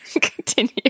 Continue